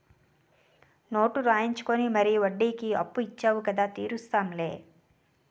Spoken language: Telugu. నోటు రాయించుకుని మరీ వడ్డీకి అప్పు ఇచ్చేవు కదా తీరుస్తాం లే